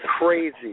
Crazy